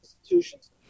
institutions